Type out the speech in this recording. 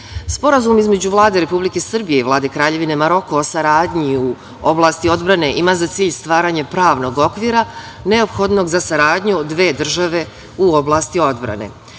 između Vlade Republike Srbije i Vlade Kraljevine Maroko o saradnji u oblasti odbrane ima za cilj stvaranje pravnog okvira, neophodnog za saradnju dve države u oblasti